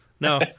No